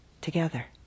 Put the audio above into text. together